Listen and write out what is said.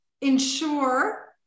ensure